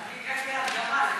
אני הגעתי על גמל.